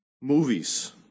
Movies